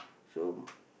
so